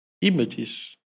images